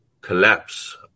collapse